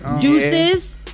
Deuces